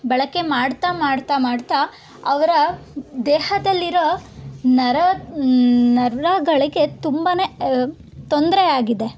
ಬಳಕೆ ಮಾಡ್ತಾ ಮಾಡ್ತಾ ಮಾಡ್ತಾ ಅವರ ದೇಹದಲ್ಲಿರೋ ನರ ನರಗಳಿಗೆ ತುಂಬಾ ತೊಂದರೆ ಆಗಿದೆ